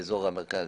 באזור המרכז,